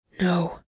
No